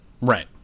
Right